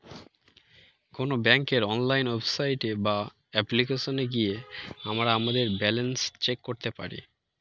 কোনো ব্যাঙ্কের online website বা অ্যাপ্লিকেশনে গিয়ে আমরা আমাদের ব্যালেন্স চেক করতে পারি